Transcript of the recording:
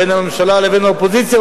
בין הממשלה לבין האופוזיציה,